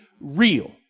real